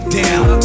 down